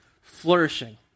flourishing